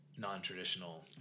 Non-traditional